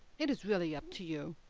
it is really up to you.